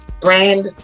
brand